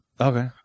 Okay